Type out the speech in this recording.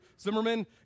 Zimmerman